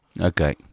Okay